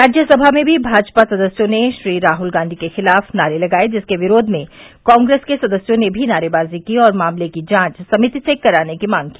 राज्यसभा में भी भाजपा सदस्यों ने श्री राहल गांधी के खिलाफ नारे लगाये जिसके विरोध में कांग्रेस के सदस्यों ने भी नारेबाजी की और मामले की जांच समिति से कराने की मांग की